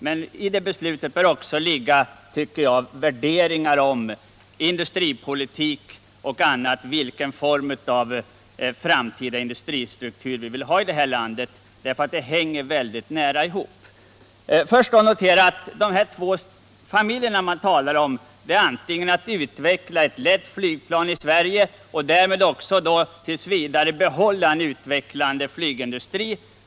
Men inför beslutet bör också ligga, tycker jag, värderingar om industripolitik — vilken form av framtida industristruktur vi vill ha i vårt land — eftersom detta hänger mycket nära ihop. Först noterar jag att den ena av dessa två familjer som man talar om innebär att man skall utveckla ett lätt flygplan i Sverige och därmed också t. v. behålla en utvecklande flygindustri.